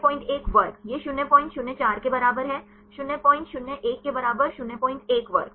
01 वर्ग यह 004 के बराबर है 001 के बराबर 01 वर्ग